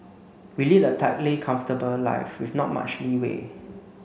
we lead a tightly comfortable life with not much leeway